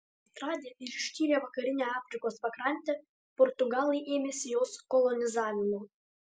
atradę ir ištyrę vakarinę afrikos pakrantę portugalai ėmėsi jos kolonizavimo